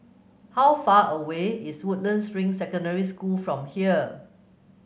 how far away is Woodlands Ring Secondary School from here